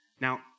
Now